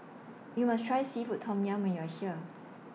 YOU must Try Seafood Tom Yum when YOU Are here